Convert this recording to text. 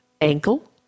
ankle